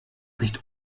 nicht